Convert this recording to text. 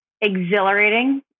exhilarating